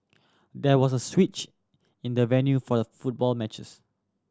there was a switch in the venue for the football matches